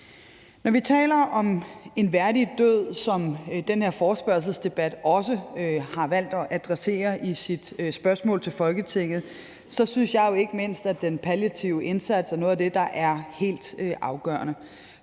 Når vi taler om en værdig død, som den her forespørgselsdebat også har valgt at adressere i sit spørgsmål til Folketinget, så synes jeg jo ikke mindst, at den palliative indsats er noget af det, der er helt afgørende.